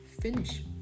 finish